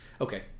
Okay